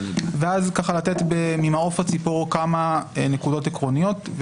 ואז אתן ממעוף הציפור כמה נקודות עקרוניות,